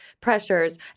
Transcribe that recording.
pressures